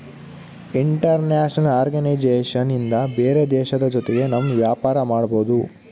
international organisation ಇಂದ ಬೇರೆ ದೇಶದ ಜೊತೆಗೆ ನಮ್ ವ್ಯಾಪಾರ ಮಾಡ್ಬೋದು